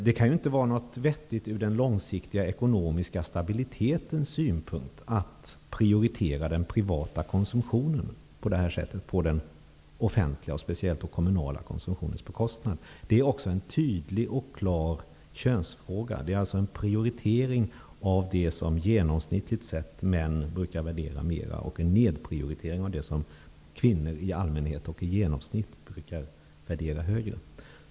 Det kan inte vara vettigt ur den långsiktiga ekonomiska stabilitetens synpunkt att prioritera den privata konsumtionen på den offentligas, speciellt den kommunala konsumtionens bekostnad. Det är också en tydlig och klar könsfråga. Det är en prioritering av det som genomsnittligt sett män brukar värdera mera och en nedvärdering och en nedprioritering av det som kvinnor i genomsnitt brukar värdera högre.